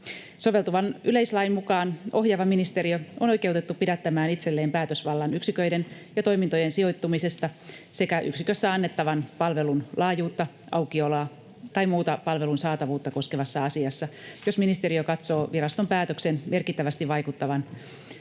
Soveltuvan yleislain mukaan ohjaava ministeriö on oikeutettu pidättämään itselleen päätösvallan yksiköiden ja toimintojen sijoittumisesta sekä yksikössä annettavan palvelun laajuutta, aukioloa tai muuta palvelun saatavuutta koskevassa asiassa, jos ministeriö katsoo viraston päätöksen merkittävästi vaikuttavan valtion